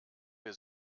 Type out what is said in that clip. wir